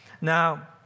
Now